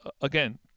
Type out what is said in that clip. again